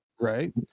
right